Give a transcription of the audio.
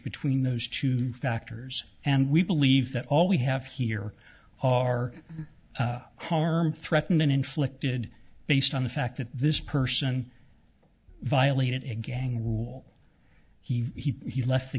between those two factors and we believe that all we have here are harmed threatened and inflicted based on the fact that this person violated a gang rule he he he left the